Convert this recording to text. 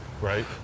right